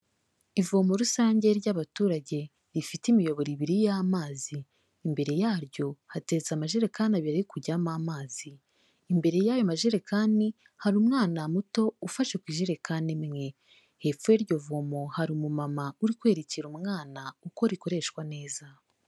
Ivomo rusange ry'abaturage, rifite imiyoboro ibiri y'amazi, imbere yaryo hateretse amajerekani abiri ari kujyamo amazi, imbere y'ayo majerekani hari umwana muto ufashe ku ijerekani imwe, hepfo y'iryo vomo hari umu mama uri kwerekera umwana uko rikoreshwa neza.